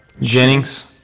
Jennings